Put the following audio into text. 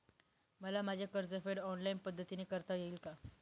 मला माझे कर्जफेड ऑनलाइन पद्धतीने करता येईल का?